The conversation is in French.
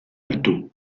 alto